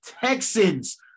Texans